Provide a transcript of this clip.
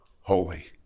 holy